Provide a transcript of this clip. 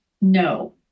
no